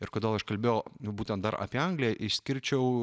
ir kodėl aš kalbėjau būtent dar apie angliją išskirčiau